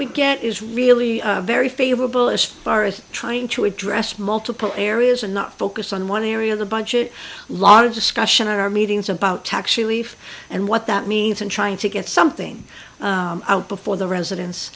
we get is really very favorable as far as trying to address multiple areas and not focus on one area of the budget lot of discussion are meetings about tax relief and what that means and trying to get something out before the residen